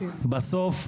בסוף,